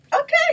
okay